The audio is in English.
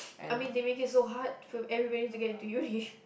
I mean they make it so hard for everybody to get into uni